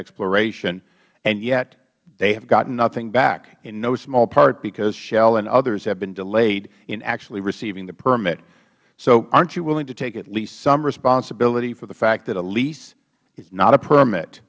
exploration and yet they have gotten nothing back in no small part because shell and others have been delayed in actually receiving the permit so aren't you willing to take at least some responsibility for the fact that a lease is not a permit